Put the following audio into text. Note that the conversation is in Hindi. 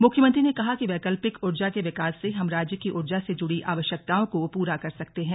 मुख्यमंत्री ने कहा कि वैकल्पिक ऊर्जा के विकास से हम राज्य की ऊर्जा से जुड़ी आवश्यकताओं को पूरा कर सकेंगे